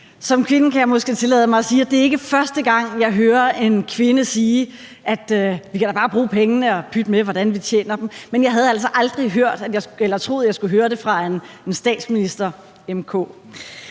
Som kvinde kan jeg måske tillade mig at sige, at det ikke er første gang, jeg hører en kvinde sige, at vi da bare kan bruge pengene, og pyt med, hvordan vi tjener dem, men jeg havde altså aldrig troet, jeg skulle høre det fra en statsminister m/k.